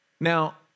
Now